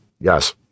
Yes